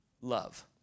love